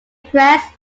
pressed